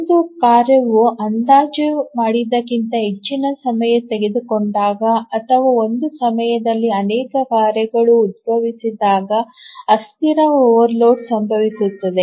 ಒಂದು ಕಾರ್ಯವು ಅಂದಾಜು ಮಾಡಿದ್ದಕ್ಕಿಂತ ಹೆಚ್ಚಿನ ಸಮಯ ತೆಗೆದುಕೊಂಡಾಗ ಅಥವಾ ಒಂದು ಸಮಯದಲ್ಲಿ ಅನೇಕ ಕಾರ್ಯಗಳು ಉದ್ಭವಿಸಿದಾಗ ಅಸ್ಥಿರ ಓವರ್ಲೋಡ್ ಸಂಭವಿಸುತ್ತದೆ